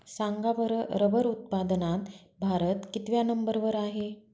सांगा बरं रबर उत्पादनात भारत कितव्या नंबर वर आहे?